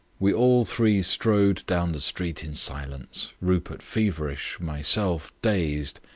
we all three strode down the street in silence, rupert feverish, myself dazed,